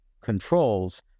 controls